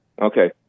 Okay